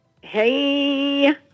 Hey